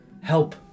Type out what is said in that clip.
help